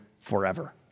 forever